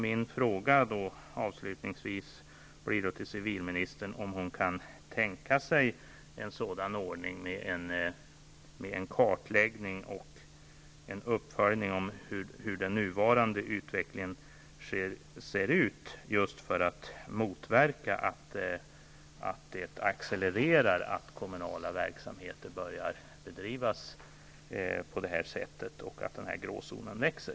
Jag vill avslutningsvis fråga civilministern: Kan civilministern tänka sig en sådan kartläggning och en uppföljning av hur den nuvarande utvecklingen ser ut, just i syfte att motverka att allt fler kommunala verksamheter i en accelererande takt börjar bedrivas på det här sättet och att denna gråzon därmed växer?